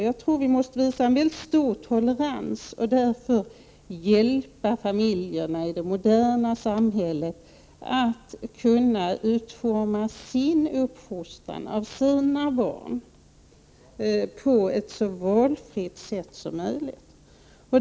Jag tror att vi måste visa mycket stor tolerans och därför hjälpa familjerna i det moderna samhället så att de kan utforma sin uppfostran av sina barn med så stor valfrihet som möjligt.